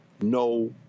no